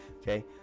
okay